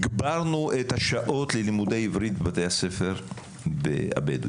הגברנו את השעות ללימודי עברית בבתי הספר הבדואים.